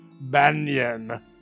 Banyan